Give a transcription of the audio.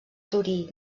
torí